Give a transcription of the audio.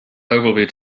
ogilvy